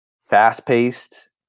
fast-paced